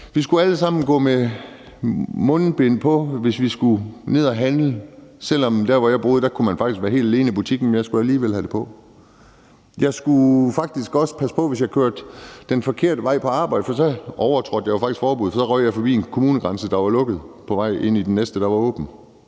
vi alle sammen skulle gå med mundbind på, hvis vi skulle ned at handle. Der, hvor jeg bor, kunne man faktisk være helt alene i butikken, men jeg skulle alligevel have mundbind på. Jeg skulle faktisk også passe på, hvis jeg kørte den forkerte vej på arbejde, for så overtrådte jeg jo faktisk forbuddet, fordi jeg så røg forbi en kommunegrænse, der var lukket, på vej ind i den næste, der var åben.